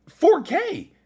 4K